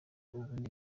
ubundi